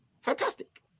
fantastic